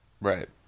right